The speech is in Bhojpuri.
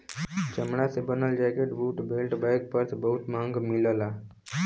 चमड़ा से बनल jacket, boot, belt, bag, purse बहुत महंग मिलला